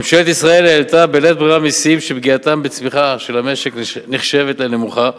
ממשלת ישראל העלתה בלית ברירה מסים שפגיעתם בצמיחה של המשק נחשבת נמוכה,